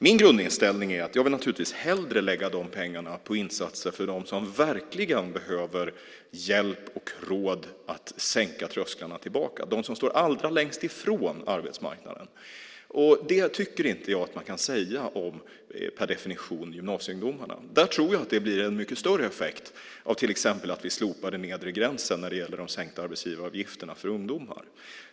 Min grundinställning är att jag hellre vill lägga de pengarna på insatser för dem som verkligen behöver hjälp och råd för att sänka trösklarna och komma tillbaka, de som står allra längst ifrån arbetsmarknaden. Det tycker jag inte att man per definition kan säga om gymnasieungdomarna. Jag tror att det blir en mycket större effekt av att vi till exempel slopar den nedre gränsen när det gäller de sänkta arbetsgivaravgifterna för ungdomar.